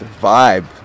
vibe